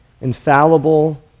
infallible